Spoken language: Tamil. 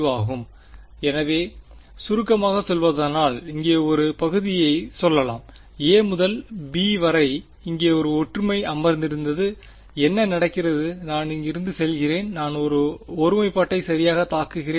ஆகும் எனவே சுருக்கமாகச் சொல்வதானால் இங்கே ஒரு பகுதியைச் சொல்லலாம் a முதல் b வரை இங்கே ஒரு ஒற்றுமை அமர்ந்திருந்தது என்ன நடக்கிறது நான் இங்கிருந்து செல்கிறேன் நான் ஒருமைப்பாட்டை சரியாகத் தாக்குகிறேன்